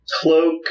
cloak